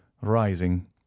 rising